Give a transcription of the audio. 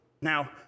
Now